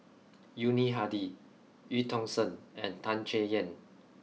Yuni Hadi Eu Tong Sen and Tan Chay Yan